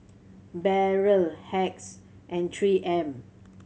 Barrel Hacks and Three M